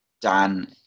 Dan